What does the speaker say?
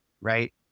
Right